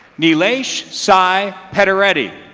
nelash sai peteretti